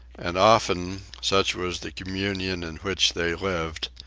and often, such was the communion in which they lived,